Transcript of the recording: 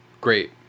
Great